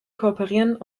kooperieren